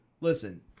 listen